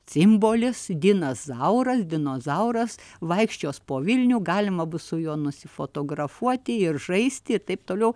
simbolis dinas zauras dinozauras vaikščios po vilnių galima bus su juo nusifotografuoti ir žaisti ir taip toliau